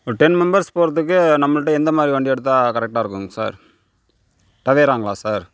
ஒரு ten members போகிறதுக்கு நம்மகிட்ட எந்த மாதிரி வண்டி எடுத்தால் கரெக்டாக இருக்குங்க சார் டவேராங்களா சார்